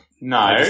No